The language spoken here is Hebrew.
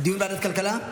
דיון בוועדת הכלכלה?